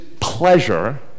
pleasure